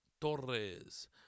torres